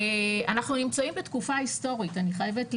אנחנו נמצאים בתקופה היסטורית, אני חייבת להגיד,